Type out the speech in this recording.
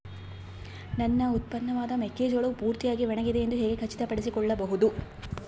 ನನ್ನ ಉತ್ಪನ್ನವಾದ ಮೆಕ್ಕೆಜೋಳವು ಪೂರ್ತಿಯಾಗಿ ಒಣಗಿದೆ ಎಂದು ಹೇಗೆ ಖಚಿತಪಡಿಸಿಕೊಳ್ಳಬಹುದು?